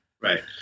Right